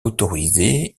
autorisée